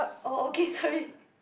oh okay sorry